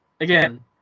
again